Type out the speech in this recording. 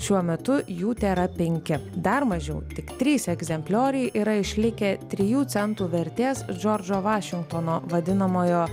šiuo metu jų tėra penki dar mažiau tik trys egzemplioriai yra išlikę trijų centų vertės džordžo vašingtono vadinamojo